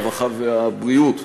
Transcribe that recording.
הרווחה והבריאות,